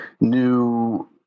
new